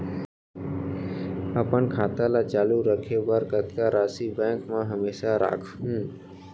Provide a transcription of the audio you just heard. अपन खाता ल चालू रखे बर कतका राशि बैंक म हमेशा राखहूँ?